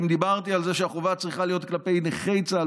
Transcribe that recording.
אם דיברתי על זה שהחובה צריכה להיות כלפי נכי צה"ל,